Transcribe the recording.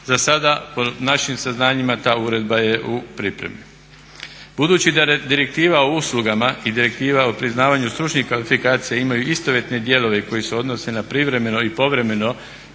Zasada po našim saznanjima ta uredba je u pripremi. Budući da direktiva o uslugama i direktiva o priznavanju stručnih kvalifikacija imaju istovjetne dijelove koji se odnose na privremeno i povremeno